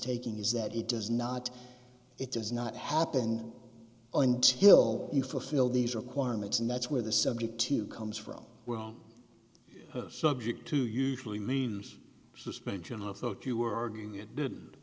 taking is that it does not it does not happen until you fulfill these requirements and that's where the subject to comes from we're all subject to usually means suspension of thought you were arguing